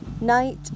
night